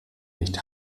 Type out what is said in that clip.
nicht